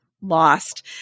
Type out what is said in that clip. lost